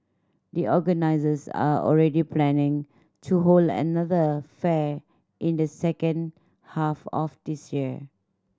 the organisers are already planning to hold another fair in the second half of this year